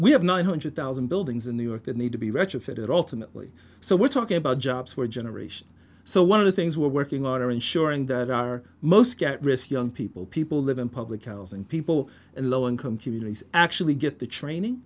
we have nine hundred thousand buildings in new york and need to be retrofitted ultimately so we're talking about jobs for generation so one of the things we're working on are ensuring that our most risk young people people live in public housing people in low income communities actually get the training